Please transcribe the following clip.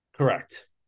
Correct